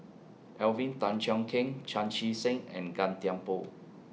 Alvin Tan Cheong Kheng Chan Chee Seng and Gan Thiam Poh